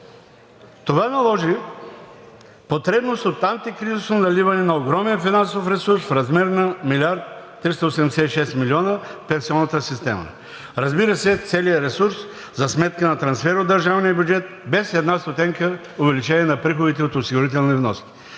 Това наложи потребност от антикризисно наливане на огромен финансов ресурс в размер на милиард триста осемдесет и шест милиона в пенсионната система. Разбира се, целият ресурс за сметка на трансфер от държавния бюджет без една стотинка увеличение на приходите от осигурителни вноски.